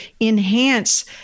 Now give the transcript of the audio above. enhance